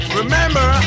remember